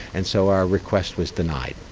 and so our request was denied.